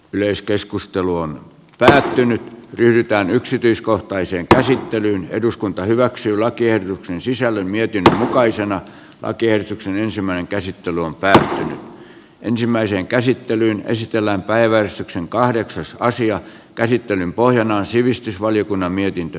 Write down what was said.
yleiskeskustelu on päätynyt yhtään yksityiskohtaiseen käsittelyyn eduskunta hyväksyy lakiehdotuksen sisällön mietinnön mukaisena lakiehdotuksen ensimmäinen käsittely on pääsy ensimmäiseen käsittelyyn esitellään päiväys on kahdeksassa asian käsittelyn pohjana on sivistysvaliokunnan mietintö